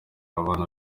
abana